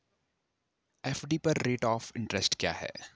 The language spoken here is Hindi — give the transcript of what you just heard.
एफ.डी पर रेट ऑफ़ इंट्रेस्ट क्या है?